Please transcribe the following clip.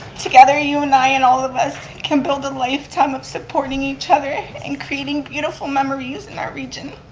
together, you and i and all of us can build a lifetime of supporting each other and creating beautiful memories in our region.